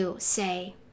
say